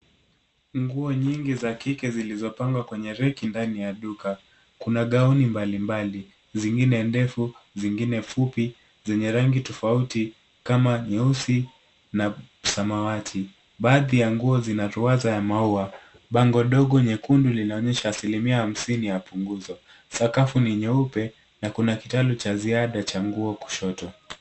Nguo nyingi za kike zilizopangwa kwenye reki ndani ya duka. Kuna gauni mbalimbali, zingine ndefu, zingine fupi, zenye rangi tofauti kama nyeusi na samawati. Baadhi ya nguo zina ruwaza ya maua. Bango ndogo nyekundu linaonyesha asilimia hamsini ya punguzo. Sakafu ni nyeupe na kuna kitalu cha ziada cha nguo kushoto.